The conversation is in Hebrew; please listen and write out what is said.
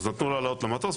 אז נתנו לו לעלות למטוס,